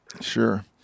Sure